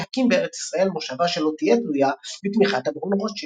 להקים בארץ ישראל מושבה שלא תהיה תלויה בתמיכת הברון רוטשילד.